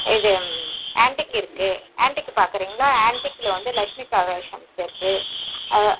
எது ஆன்ட்டிக் இருக்குது ஆன்ட்டிக் பார்க்கறீங்களா ஆன்ட்டிக்கில் வந்து லக்ஷ்மி கலெக்ஷன்ஸ் இருக்குது